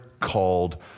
called